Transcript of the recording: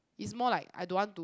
it's more like I don't want to